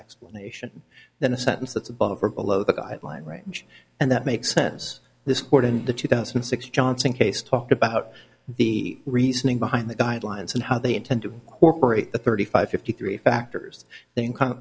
explanation than a sentence that's above or below the guideline range and that makes sense this court in the two thousand and six johnson case talked about the reasoning behind the guidelines and how they intend to cooperate the thirty five fifty three factors th